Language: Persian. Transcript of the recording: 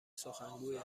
سخنگویه